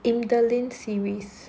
imdalind series